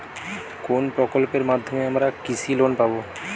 কোন প্রকল্পের মাধ্যমে আমরা কৃষি লোন পাবো?